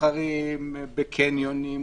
סוחרים בקניונים,